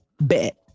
bet